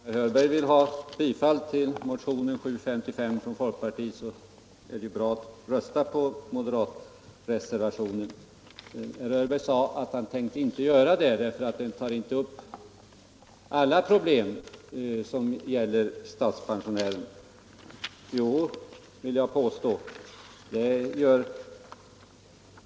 Fru talman! Om herr Hörberg vill ha bifall till motionen 755 från folkpartiet går det ju bra att rösta på den moderata reservationen. Herr Hörberg tänker nu inte göra det därför att den tar inte upp alla problem som gäller statspensionärerna. Jo, det vill jag påstå.